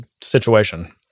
situation